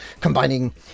combining